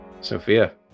Sophia